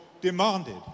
demanded